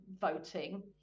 voting